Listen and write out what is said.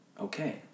okay